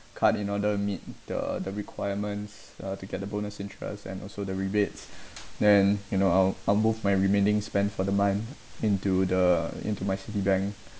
card in order to meet the the requirements uh to get the bonus interest and also the rebate then you know our on both my remaining spend for the month into the into my Citibank